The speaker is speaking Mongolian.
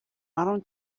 баруун